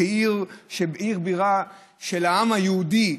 עיר בירה של העם היהודי,